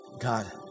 God